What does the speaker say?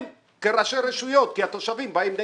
הם כראשי רשויות כי התושבים באים נגדם.